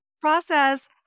process